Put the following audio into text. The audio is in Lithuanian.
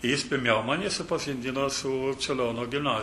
jis pirmiau mane supažindino su čiurlionio gimnazijos